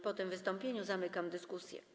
Po tym wystąpieniu zamykam dyskusję.